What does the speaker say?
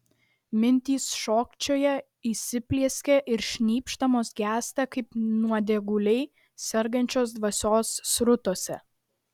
mintys šokčioja įsiplieskia ir šnypšdamos gęsta kaip nuodėguliai sergančios dvasios srutose